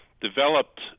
developed